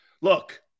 Look